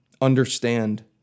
understand